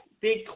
big